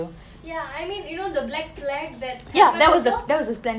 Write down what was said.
ya and I think you know the black plague that happened also